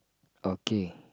okay